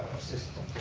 assisted